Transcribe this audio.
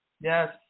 Yes